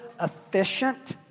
efficient